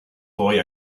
boy